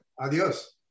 Adios